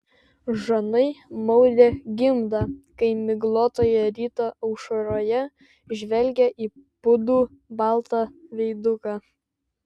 žanai maudė gimdą kai miglotoje ryto aušroje žvelgė į pūdų baltą veiduką